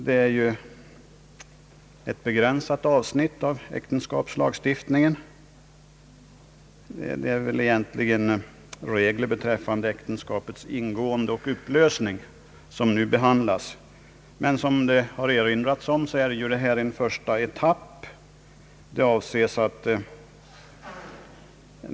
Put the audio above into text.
Det är ett begränsat avsnitt av äktenskapslagstiftningen, regler beträffande äktenskaps ingående och upplösning. Men som det även erinrats om är detta en första etapp.